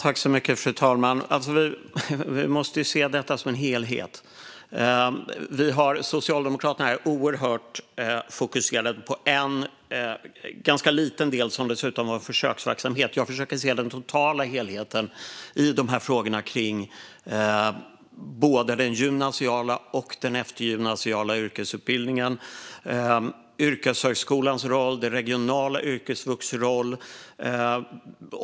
Fru talman! Vi måste ju se detta som en helhet. Socialdemokraterna är oerhört fokuserade på en ganska liten del, som dessutom var försöksverksamhet. Jag försöker se helheten i frågorna om både den gymnasiala och den eftergymnasiala yrkesutbildningen, yrkeshögskolans roll och regionala yrkesvux roll.